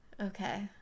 Okay